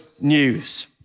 news